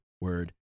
word